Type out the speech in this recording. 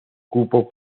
cupo